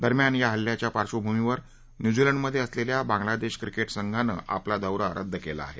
दरम्यान या हल्ल्याच्या पार्श्वभूमीवर न्युझीलंडमध्ये असलेल्या बांगलादेश क्रिकेट संघानं आपला दौरा रद्द केला आहे